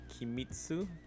Kimitsu